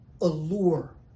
allure